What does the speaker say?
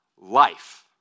Life